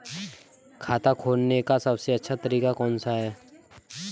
खाता खोलने का सबसे अच्छा तरीका कौन सा है?